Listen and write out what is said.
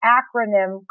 acronym